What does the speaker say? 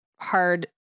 hard